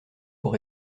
pour